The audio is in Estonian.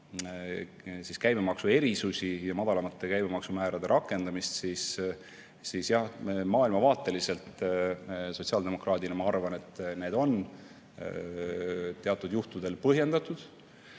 käibemaksuerisusi ja madalamate käibemaksumäärade rakendamist, siis maailmavaatelt sotsiaaldemokraadina ma arvan, et need on teatud juhtudel põhjendatud.